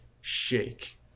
shake